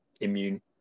immune